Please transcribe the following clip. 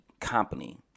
company